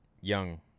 young